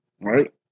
right